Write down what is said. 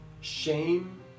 shame